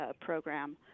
program